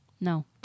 no